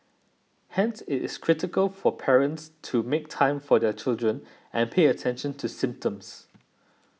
hence it is critical for parents to make time for their children and pay attention to symptoms